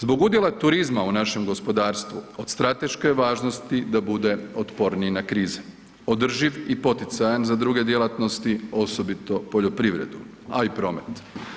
Zbog udjela turizma u našem gospodarstvu od strateške je javnosti da bude otporniji na krize, održiv i poticajan za druge djelatnosti, osobito poljoprivredu, a i promet.